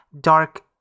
dark